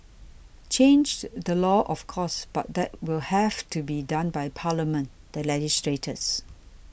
change the law of course but that will have to be done by Parliament the legislators